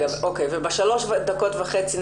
ובשלוש דקות וחצי,